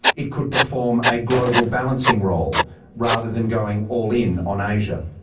it could perform a global balancing role rather than going all in on asia.